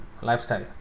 lifestyle